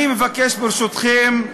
אני מבקש, ברשותכם,